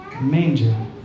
manger